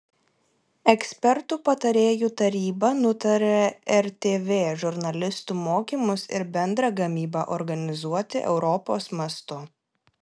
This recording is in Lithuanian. ekspertų patarėjų taryba nutarė rtv žurnalistų mokymus ir bendrą gamybą organizuoti europos mastu